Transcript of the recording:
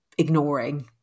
ignoring